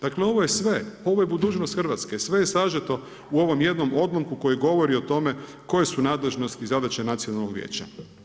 Dakle ovo je sve, ovo je budućnost Hrvatske, sve je sažeto u ovom jednom odlomku koji govori o tome koje su nadležnosti i zadaće nacionalnog vijeća.